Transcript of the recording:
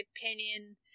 opinion